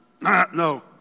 No